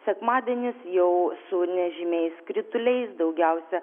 sekmadienis jau su nežymiais krituliais daugiausia